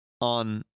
on